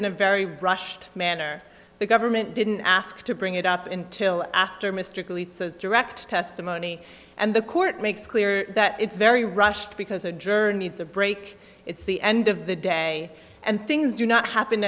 in a very brushed manner the government didn't ask to bring it up in till after mr kelly says direct testimony and the court makes clear that it's very rushed because adjourn needs a break it's the end of the day and things do not happen